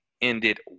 ended